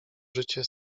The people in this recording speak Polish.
życie